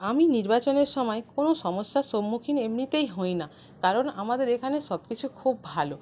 আমি নির্বাচনের সময় কোনও সমস্যার সম্মুখীন এমনিতেই হই না কারণ আমাদের এখানে সবকিছু খুব ভালো